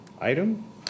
item